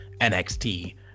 NXT